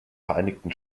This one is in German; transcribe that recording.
vereinigten